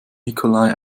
nikolai